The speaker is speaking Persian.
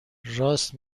راست